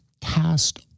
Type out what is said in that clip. cast